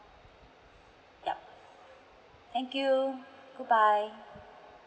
yup thank you good bye